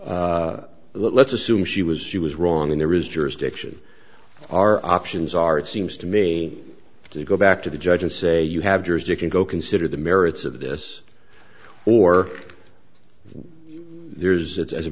let's assume she was she was wrong and there is jurisdiction our options are it seems to me to go back to the judge and say you have jurisdiction go consider the merits of this or there's it as a